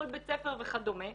מול בית ספר וכדומה,